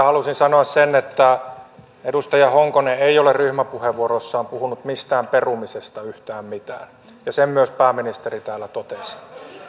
halusin sanoa sen että edustaja honkonen ei ole ryhmäpuheenvuorossaan puhunut mistään perumisesta yhtään mitään ja sen myös pääministeri täällä totesi